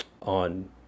on